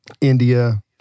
India